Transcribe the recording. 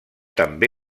també